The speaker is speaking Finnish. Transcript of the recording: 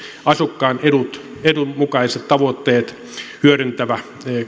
asukkaiden edun edun mukaiset tavoitteet hyödyntävä